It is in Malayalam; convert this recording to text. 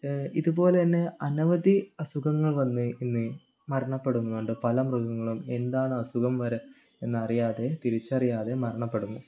ഇതുപോലെ തന്നെ അനവധി അസുഖങ്ങൾ വന്ന് ഇന്ന് മരണപ്പെടുന്നുണ്ട് പല മൃഗങ്ങളും എന്താണ് അസുഖം വരെ എന്ന് അറിയാതെ തിരിച്ചറിയാതെ മരണപ്പെടുന്നു